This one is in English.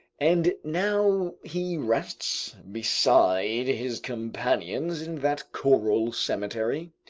and now he rests beside his companions in that coral cemetery?